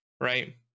right